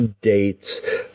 dates